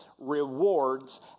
rewards